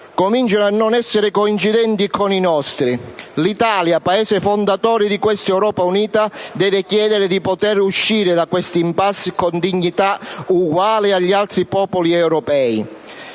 cominciano a non essere coincidenti con i nostri. L'Italia, Paese fondatore di questa Europa unita, deve chiedere di poter uscire da quest'*impasse* con dignità uguale agli altri popoli europei.